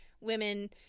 women